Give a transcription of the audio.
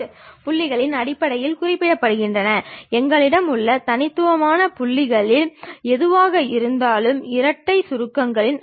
அதற்கு பதிலாக அந்த மொத்த பொருளின் விவரத்தை செங்குத்து தளம் கிடைமட்ட தளம் ப்ரொபைல் தளத்தில் பெறலாம்